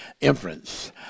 inference